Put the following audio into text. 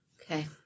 Okay